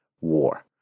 war